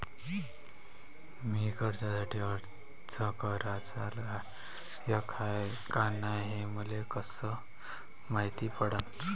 मी कर्जासाठी अर्ज कराचा लायक हाय का नाय हे मले कसं मायती पडन?